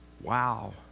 Wow